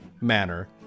manner